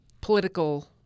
political